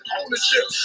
ownership